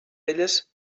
elles